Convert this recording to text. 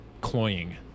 cloying